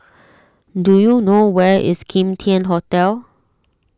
do you know where is Kim Tian Hotel